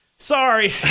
sorry